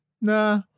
nah